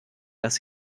dass